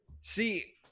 See